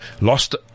lost